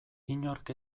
inork